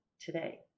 today